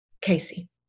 Casey